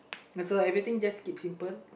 so everything just keep simple